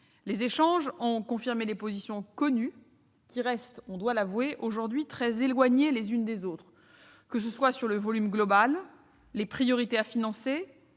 Les échanges ont confirmé les positions connues qui restent aujourd'hui, avouons-le, très éloignées les unes des autres, que ce soit sur le volume global, les priorités à financer